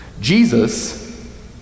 Jesus